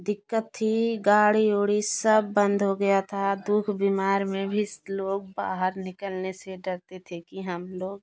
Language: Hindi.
दिक़्क़त थी गाड़ी उड़ी सब बंद हो गया था दुःख बीमार में भी लोग बाहर निकलने से डरते थे कि हम लोग